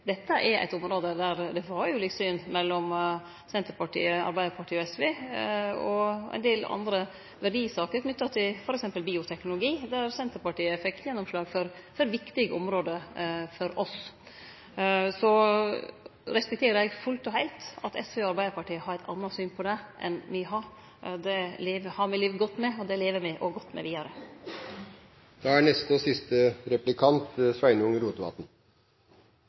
Dette er eit område der det var ulikt syn mellom Senterpartiet, Arbeidarpartiet og SV, som i ein del andre verdisaker knytte til f.eks. bioteknologi, der Senterpartiet fekk gjennomslag på område som er viktige for oss. Eg respekterer fullt og heilt at SV og Arbeidarpartiet har eit anna syn på det enn me har – det har me levd godt med, og det lever me òg godt med vidare.